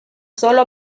solo